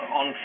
on